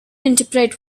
interpret